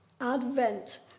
Advent